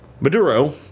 Maduro